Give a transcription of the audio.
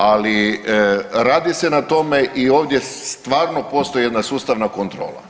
Ali radi se na tome i ovdje stvarno postoji jedna sustavna kontrola.